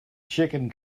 chicken